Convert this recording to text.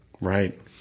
right